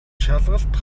шалгалт